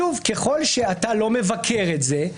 שוב, ככל שאתה לא מבקר את זה,